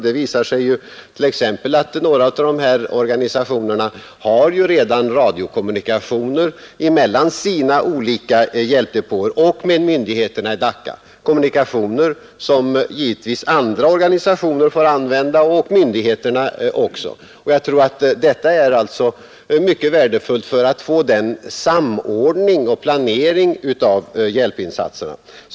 Det visar sig t.ex. att några av de här organisationerna redan har radiokommunikationer mellan sina olika hjälpdepåer och med myndigheterna i Dacca, kommunikationer som givetvis andra organisationer och även myndigheterna får använda. Detta är mycket värdefullt när det gäller att få samordning och planering av hjälpinsatserna.